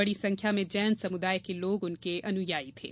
बड़ी संख्या में जैन समुदाय के लोग उनके अनुयायी थे